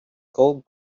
gold